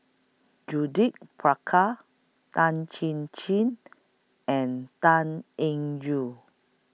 Judith Prakash Tan Chin Chin and Tan Eng Joo